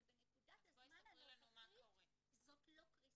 אבל בנקודת הזמן הנוכחית זאת לא קריסה.